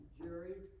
jury